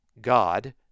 God